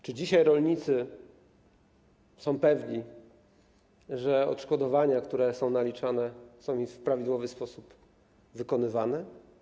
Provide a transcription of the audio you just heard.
Czy dzisiaj rolnicy są pewni, że odszkodowania, które są naliczane, są w prawidłowy sposób wykonywane?